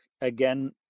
again